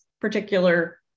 particular